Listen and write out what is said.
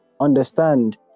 understand